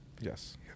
Yes